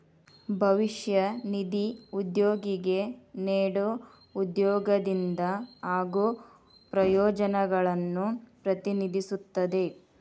ಭವಿಷ್ಯ ನಿಧಿ ಉದ್ಯೋಗಿಗೆ ನೇಡೊ ಉದ್ಯೋಗದಿಂದ ಆಗೋ ಪ್ರಯೋಜನಗಳನ್ನು ಪ್ರತಿನಿಧಿಸುತ್ತದೆ